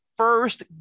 First